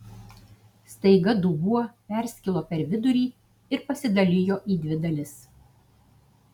staiga dubuo perskilo per vidurį ir pasidalijo į dvi dalis